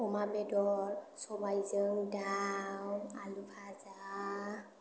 अमा बेदर सबायजों दाउ आलु भाजा